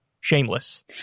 shameless